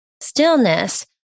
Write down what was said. stillness